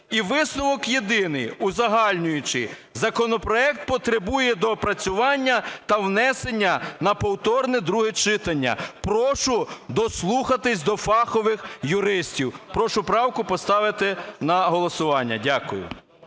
І висновок єдиний узагальнюючий: законопроект потребує доопрацювання та внесення на повторне друге читання. Прошу дослухатись до фахових юристів. Прошу правку поставити на голосування. Дякую.